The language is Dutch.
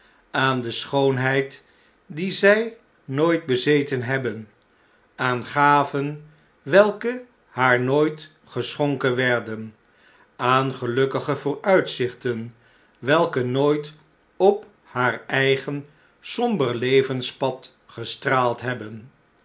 aan de schoonheid die zij nooit bezeten hebben aan gaven welke haar nooit geschoaken werden aan gelukkige vooruitzichtea welke nooit op haar eigen somber levenspad gestraald hebben